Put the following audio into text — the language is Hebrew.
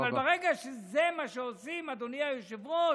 אבל ברגע שזה מה שעושים, אדוני היושב-ראש,